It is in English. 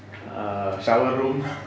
err shower room